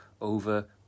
over